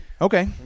okay